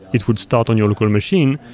it would start on your local machine,